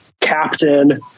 captain